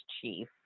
chief